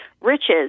riches